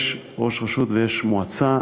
יש ראש רשות ויש מועצה,